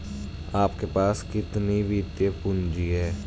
आपके पास कितनी वित्तीय पूँजी है?